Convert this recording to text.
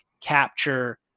capture